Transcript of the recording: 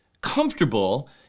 comfortable